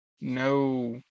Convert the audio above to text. no